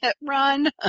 run